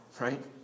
right